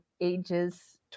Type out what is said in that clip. ages